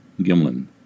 Gimlin